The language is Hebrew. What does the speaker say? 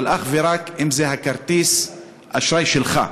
אבל אך ורק אם זה בכרטיס האשראי שלך.